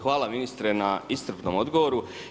Hvala ministre na iscrpnom odgovoru.